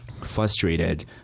frustrated